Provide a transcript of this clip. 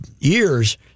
years